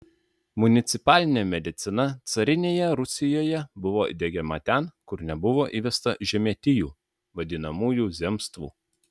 municipalinė medicina carinėje rusijoje buvo diegiama ten kur nebuvo įvesta žemietijų vadinamųjų zemstvų